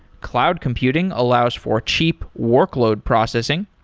cloud computing allows for cheap workload processing,